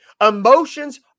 Emotions